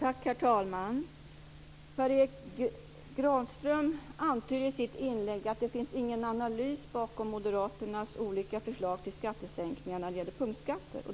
Herr talman! Per Erik Granström antyder i sitt inlägg att det inte finns någon analys bakom Moderaternas olika förslag till skattesänkningar när det gäller punktskatter.